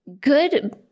good